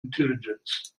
intelligence